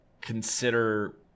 consider